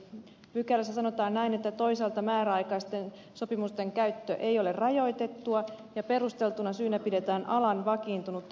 pykälässä sanotaan näin että toisaalta määräaikaisten sopimusten käyttö ei ole rajoitettua ja perusteltuna syynä pidetään alan vakiintunutta käytäntöä